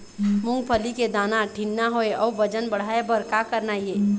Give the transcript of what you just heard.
मूंगफली के दाना ठीन्ना होय अउ वजन बढ़ाय बर का करना ये?